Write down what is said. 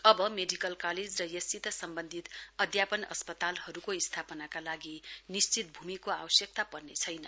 अब medical college र यससित सम्बन्धित अध्यापन अस्पतालहरूको स्थापनाका लागि निश्चित भूमिको आवश्यकता पर्ने छैन